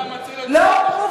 לא הוקמו,